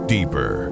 Deeper